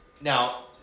now